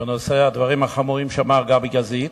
בנושא הדברים החמורים שאמר גבי גזית.